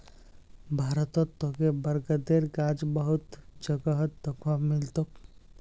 भारतत तोके बरगदेर गाछ बहुत जगहत दख्वा मिल तोक